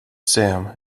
sam